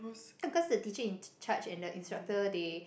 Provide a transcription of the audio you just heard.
no cause the teacher in charge and the instructor they